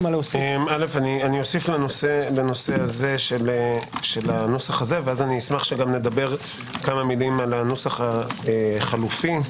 אוסיף לנושא הזה של הנוסח הזה ואשמח שנדבר כמה מילים על הנוסח החלופי,